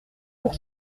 pour